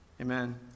Amen